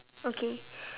okay